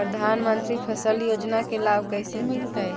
प्रधानमंत्री फसल योजना के लाभ कैसे मिलतै?